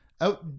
out